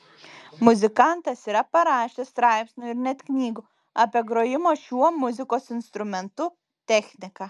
muzikantas yra parašęs straipsnių ir net knygų apie grojimo šiuo muzikos instrumentu techniką